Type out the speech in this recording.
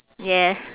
yeah